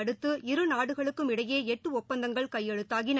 அடுத்து இரு நாடுகளுக்கும் இடையே எட்டு ஒப்பந்தங்கள் கையெழுத்தாகின